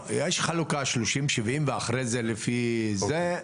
יש חלוקה שלושים שבעים ואחרי זה לפי זה.